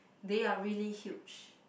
they are really huge